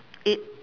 eight